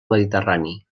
mediterrani